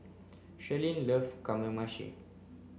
Shirlene love Kamameshi